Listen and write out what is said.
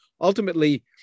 ultimately